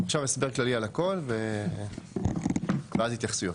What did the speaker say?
עכשיו הסבר כללי על הכול ואז התייחסויות.